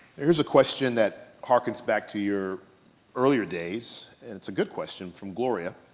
here's a question that harkens back to your earlier days, and it's a good question from gloria.